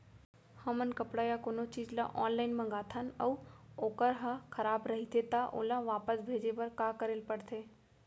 हमन कपड़ा या कोनो चीज ल ऑनलाइन मँगाथन अऊ वोकर ह खराब रहिये ता ओला वापस भेजे बर का करे ल पढ़थे?